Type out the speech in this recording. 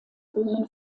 böhmen